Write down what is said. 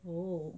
oh